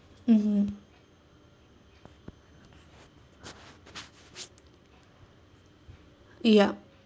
mmhmm yup